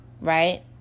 right